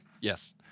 Yes